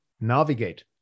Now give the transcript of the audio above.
navigate